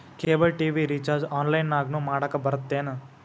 cable TV recharge ಆನ್ಲೈನ್ನ್ಯಾಗು ಮಾಡಕ ಬರತ್ತೇನು